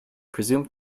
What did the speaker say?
presume